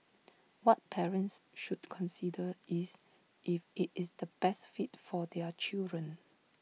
what parents should consider is if IT is the best fit for their children